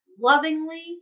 lovingly